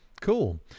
Cool